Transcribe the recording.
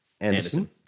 Anderson